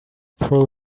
throw